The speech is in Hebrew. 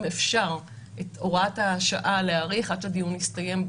היא אם אפשר להאריך את הוראת השעה עד שהדיון בחוק יסתיים.